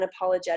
unapologetic